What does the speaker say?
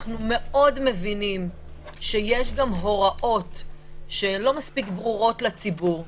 אנחנו מאוד מבינים שיש גם הוראות שלא מספיק ברורות לציבור.